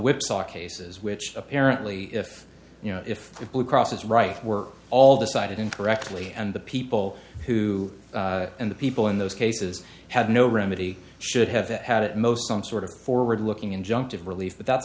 whipsaw cases which apparently if you know if blue cross is right we're all decided incorrectly and the people who and the people in those cases had no remedy should have had at most some sort of forward looking injunctive relief but that's